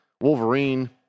Wolverine